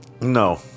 No